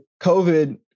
covid